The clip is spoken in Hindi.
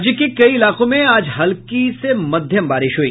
राज्य के कई इलाकों में आज हल्की से मध्यम बारिश हुई